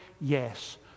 yes